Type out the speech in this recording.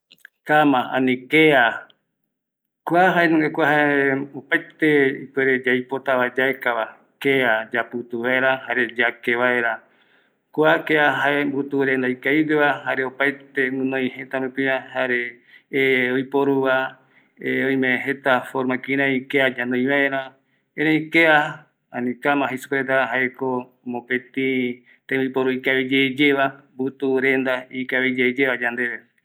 Amope mboupa reta outa jei tateɨ jaemai yaye mongueta ñai ketɨpako ñavaeta ikera reta yae ñavaetarako ñavaetako yae jaema jukurai amovecepe yayemongueta paraete oime oimetako outarako mboupa reta yande jeta yande keara rako ketɨ ñavaeta supe opa mbae yemongueta oiko yande ndie